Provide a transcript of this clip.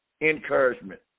encouragement